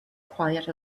quiet